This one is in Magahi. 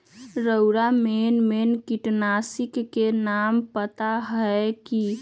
रउरा मेन मेन किटनाशी के नाम पता हए कि?